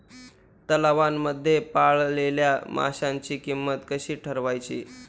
तलावांमध्ये पाळलेल्या माशांची किंमत कशी ठरवायची?